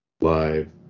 live